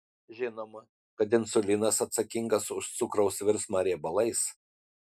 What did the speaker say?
žinoma kad insulinas atsakingas už cukraus virsmą riebalais